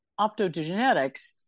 optogenetics